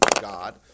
God